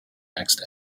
next